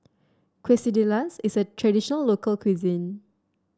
quesadillas is a traditional local cuisine